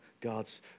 God's